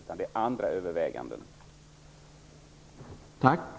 Det är andra överväganden som skall göras.